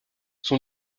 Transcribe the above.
son